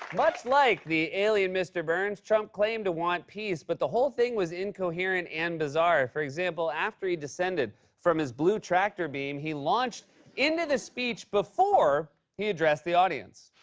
much like the alien mr. burns, trump claimed to want peace, but the whole thing was incoherent and bizarre. for example, after he descended from his blue tractor beam, he launched into the speech before he addressed the audience.